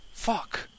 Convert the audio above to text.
fuck